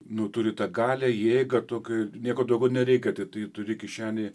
nu turi tą galią jėgą tokio nieko daugiau nereikia tai tu jį turi kišenėje